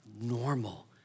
normal